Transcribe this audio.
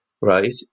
right